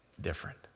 different